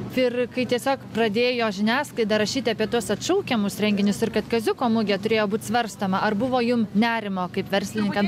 ir kai tiesiog pradėjo žiniasklaida rašyti apie tuos atšaukiamus renginius ir kad kaziuko mugė turėjo būt svarstoma ar buvo jum nerimo kaip verslininkam